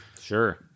Sure